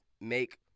make